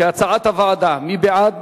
כהצעת הוועדה, מי בעד?